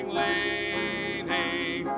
leaning